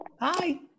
Hi